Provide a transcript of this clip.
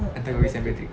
nanti aku gi saint patrick